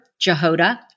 Jehoda